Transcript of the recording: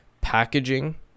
packaging